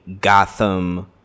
Gotham